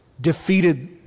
defeated